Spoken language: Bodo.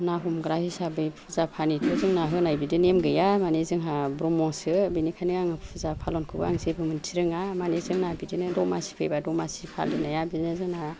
ना हमग्रा हिसाबै फुजा फानिथ' जोंना होनाय बिदि नेम गैया मानि जोंहा ब्रह्मसो बिनिखायनो आङो फुजा फालनखौ आं जेबो मिथि रोङा मानि जोंना बिदिनो दमासि फैबा दमासि फालिनाया बिदिनो जोंना